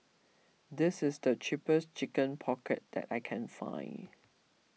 this is the cheapest Chicken Pocket that I can find